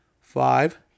five